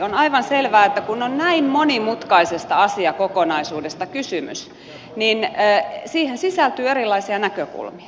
on aivan selvää että kun on näin monimutkaisesta asiakokonaisuudesta kysymys niin siihen sisältyy erilaisia näkökulmia